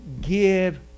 give